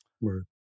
Word